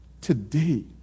Today